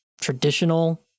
traditional